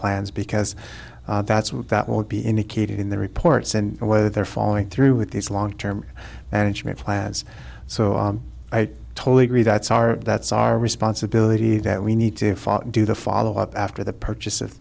plans because that's what that will be indicated in the reports and whether they're following through with these long term management plans so i totally agree that's our that's our responsibility that we need to follow and do the follow up after the purchase of